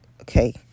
okay